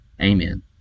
Amen